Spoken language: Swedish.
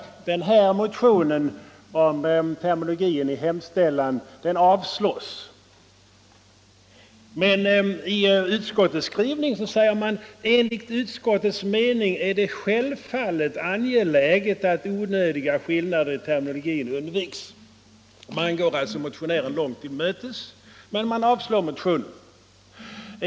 I det betänkande som vi nu behandlar föreslår utskottet att motionen skall avslås, men i utskottets skrivning heter det: ”Enligt utskottets mening är det självfallet angeläget att onödiga skillnader i terminologin undviks.” Utskottet går alltså motionären långt till mötes men föreslår ändå att motionen avslås.